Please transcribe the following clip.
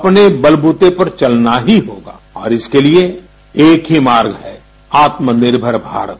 अपने बलबूते पर चलना ही होगा और इसके लिए एक ही मार्ग है आत्मनिर्भर भारत